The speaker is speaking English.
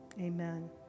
amen